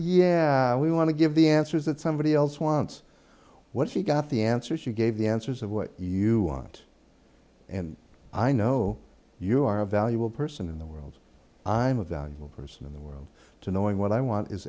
yeah we want to give the answers that somebody else wants what she got the answer she gave the answers of what you aren't and i know you are a valuable person in the world i'm a valuable person in the world to knowing what i want is